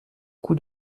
cou